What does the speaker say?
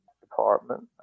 department